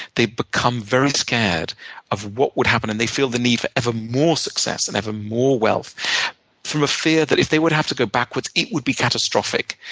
they become very scared of what would happen, and they feel the need for ever more success and ever more wealth from a fear that if they would have to go backwards, it would be catastrophic.